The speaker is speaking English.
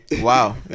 Wow